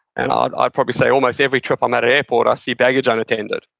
and i'd i'd probably say almost every trip i'm at an airport, i see baggage unattended.